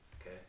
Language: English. Okay